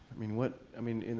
i mean, what i mean,